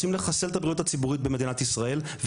רוצים לחסל את הבריאות הציבורית במדינת ישראל,